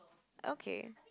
okay